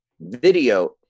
video